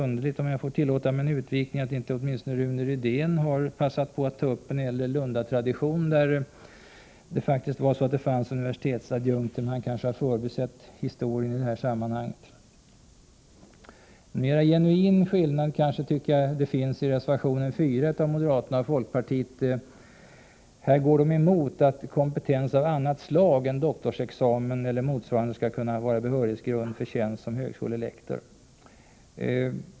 underligt, om jag får tillåta mig en utvikning, att inte åtminstone Rune Rydén har passat på att ta upp en äldre Lundatradition, enligt vilken det faktiskt fanns universitetsadjunkter där. Han kanske har förbisett historien i det här sammanhanget. En mera genuin skillnad tycker jag däremot att det finns i reservation 4 av moderaterna och folkpartiet. Här går de emot att kompetens av annat slag än doktorsexamen eller motsvarande skall kunna vara behörighetsgrund för tjänst som högskolelektor.